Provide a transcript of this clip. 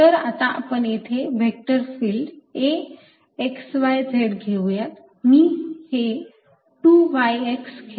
तर आता आपण येथे vector field A x y z घेऊयात मी हे 2yx घेत आहे